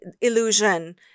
illusion